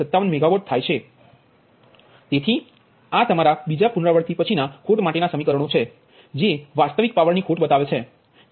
57 megawatt થાય તેથી આ તમારા બીજા પુનરાવૃત્તિ પછીના ખોટ માટેનું પરિણામ છે કે જે વાસ્તવિક પાવરની ખોટ બતાવે છે